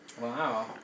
Wow